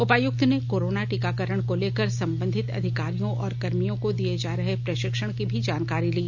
उपायुक्त ने कोरोना टीकाकरण को लेकर संबंधित अधिकारियों और कर्मियों को दिए जा रहे प्रशिक्षण की भी जानकारी ली